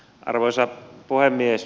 arvoisa puhemies